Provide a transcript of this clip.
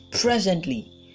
presently